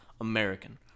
American